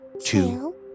two